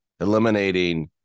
eliminating